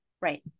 Right